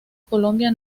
colombia